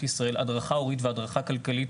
ישראל הדרכה הורית והדרכה כלכלית,